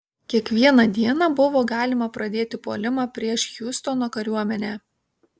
kiekvieną dieną buvo galima pradėti puolimą prieš hjustono kariuomenę